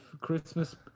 christmas